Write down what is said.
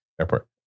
airport